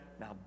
now